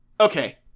Okay